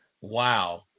wow